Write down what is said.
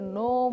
no